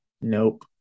Nope